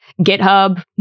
github